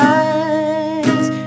eyes